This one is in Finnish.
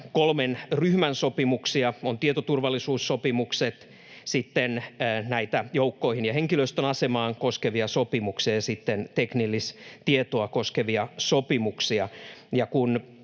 kolmen ryhmän sopimuksia: on tietoturvallisuussopimukset, sitten näitä joukkoja ja henkilöstön asemaa koskevia sopimuksia ja sitten teknillistietoa koskevia sopimuksia.